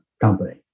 company